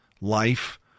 Life